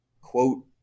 quote